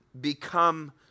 become